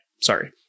Sorry